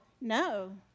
No